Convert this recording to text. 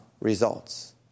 results